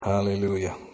Hallelujah